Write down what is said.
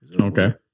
Okay